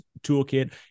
toolkit